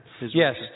Yes